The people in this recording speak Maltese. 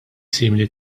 simili